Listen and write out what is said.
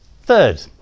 Third